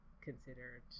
considered